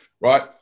right